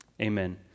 amen